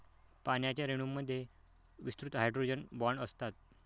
पाण्याच्या रेणूंमध्ये विस्तृत हायड्रोजन बॉण्ड असतात